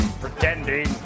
pretending